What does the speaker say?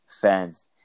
fans